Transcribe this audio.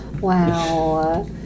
Wow